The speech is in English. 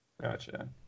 Gotcha